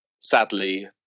sadly